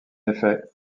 effet